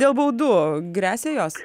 dėl baudų gresia jos